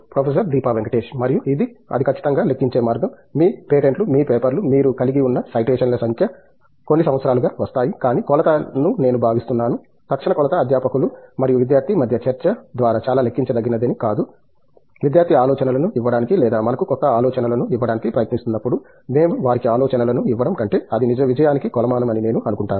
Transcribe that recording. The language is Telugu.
ప్రొఫెసర్ దీపా వెంకటేష్ మరియు అది ఖచ్చితంగా లెక్కించే మార్గం మీ పేటెంట్లు మీ పేపర్లు మీరు కలిగి ఉన్న సైటేషన్ సంఖ్య కొన్ని సంవత్సరాలుగా వస్తాయి కానీ కొలత నేను భావిస్తున్నాను తక్షణ కొలత అధ్యాపకులు మరియు విద్యార్ధి మధ్య చర్చ ద్వారా చాలా లెక్కించదగినది కాదు విద్యార్థి ఆలోచనలను ఇవ్వడానికి లేదా మనకు కొత్త ఆలోచనలను ఇవ్వడానికి ప్రయత్నిస్తున్నప్పుడు మేము వారికి ఆలోచనలను ఇవ్వడం కంటే అది విజయానికి కొలమానం అని నేను అనుకుంటున్నాను